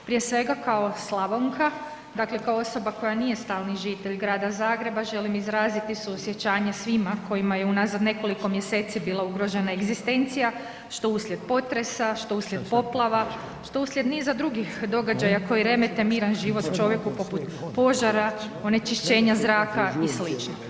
Prije svega kao Slavonka, dakle kao osoba koja nije stalni žitelj Grada Zagreba želim izraziti suosjećanje svima kojima je unazad nekoliko mjeseci bila ugrožena egzistencija, što uslijed potresa, što uslijed poplava, što uslijed niza drugih događaja koji remete miran život čovjeku poput požara, onečišćenja zraka i slično.